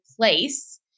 place